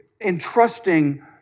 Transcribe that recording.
entrusting